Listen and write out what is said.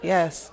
Yes